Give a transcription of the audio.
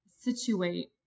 situate